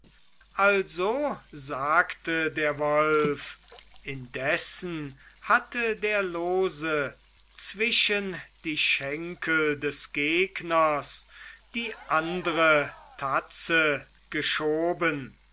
also sagte der wolf indessen hatte der lose zwischen die schenkel des gegners die andre tatze geschoben